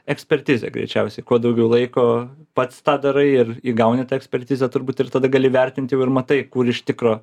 ekspertizė greičiausiai kuo daugiau laiko pats tą darai ir įgauni tą ekspertizę turbūt ir tada gali vertinti ir matai kur iš tikro